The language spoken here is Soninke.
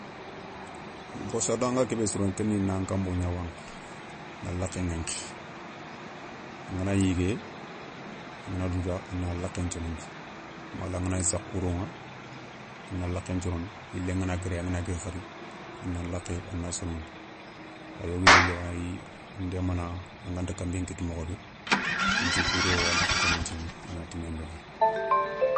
Bross a dent nga ké bé sirono ké ni nan kabo gna wankhi na lakhé ηankhi angana yigué angana dougouta a na lakhé nsonondi mala anganagni sakha wouroηa a na lakhé nsonondi yilen gana kéré angana guiri khadi a na lakhé a ana sonondi. A yogo yéyi a ya ndémana anganta kanbé nkitta mokho bé kenthiou kou do a lakhé ké nan souno a na timé nbeuguéye.